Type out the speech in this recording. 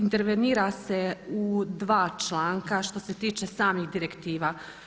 Intervenira se u dva članka što se tiče samih direktiva.